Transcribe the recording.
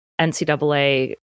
NCAA